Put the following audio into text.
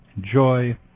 joy